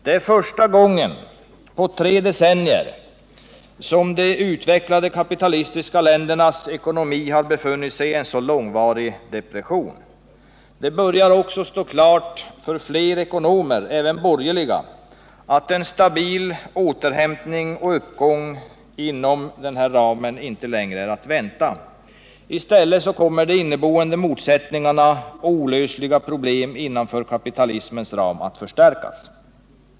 Det är första gången på tre decennier som de utvecklade kapitalistiska ländernas ekonomi har befunnit sig i en så långvarig depression. Det börjar också stå klart för allt fler ekonomer, även borgerliga, att en stabil återhämtning och uppgång inom den här ramen inte längre är att vänta. I stället kommer de inneboende motsättningarna och de olösliga problemen innanför kapitalismens ram att förstärkas.